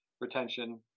retention